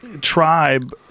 tribe